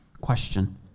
question